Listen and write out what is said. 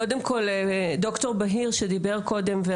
קודם כל ד"ר בהיר שדיבר קודם,